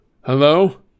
Hello